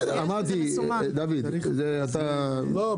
בסדר.